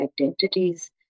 identities